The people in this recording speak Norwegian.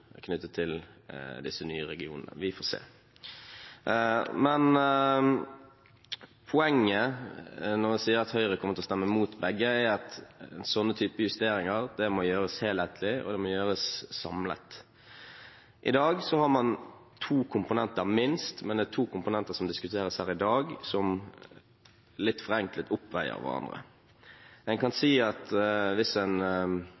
knyttet til disse nye regionene. Vi får se. Men poenget er, når jeg sier at Høyre kommer til å stemme imot begge, at sånne typer justeringer må gjøres helhetlig, og de må gjøres samlet. I dag har man to komponenter, minst, men det er to komponenter som diskuteres her i dag, som – litt forenklet – oppveier hverandre. En kan si – hvis en